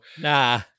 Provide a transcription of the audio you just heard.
nah